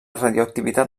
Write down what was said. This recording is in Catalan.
radioactivitat